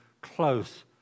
close